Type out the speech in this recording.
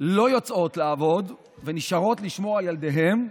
לא יוצאות לעבוד ונשארות לשמור על ילדיהן,